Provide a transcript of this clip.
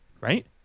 Right